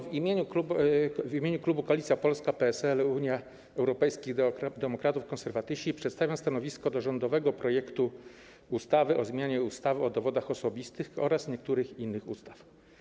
W imieniu klubu Koalicja Polska - PSL - Unia Europejskich Demokratów - Konserwatyści przedstawiam stanowisko wobec rządowego projektu ustawy o zmianie ustawy o dowodach osobistych oraz niektórych innych ustaw.